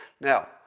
Now